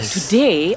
Today